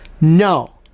No